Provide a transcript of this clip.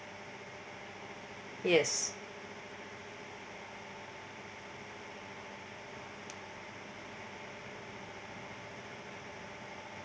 yes